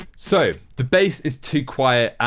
so, the bass is too quiet